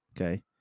Okay